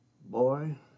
boy